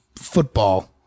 football